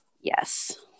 Yes